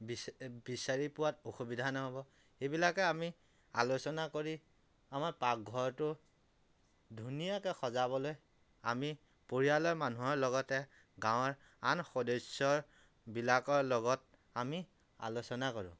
বিচাৰি পোৱাত অসুবিধা নহ'ব সেইবিলাকে আমি আলোচনা কৰি আমাৰ পাকঘৰটো ধুনীয়াকে সজাবলে আমি পৰিয়ালৰ মানুহৰ লগতে গাঁৱৰ আন সদস্যৰ বিলাকৰ লগত আমি আলোচনা কৰোঁ